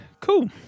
cool